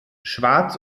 schwarz